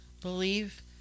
believe